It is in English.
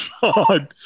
God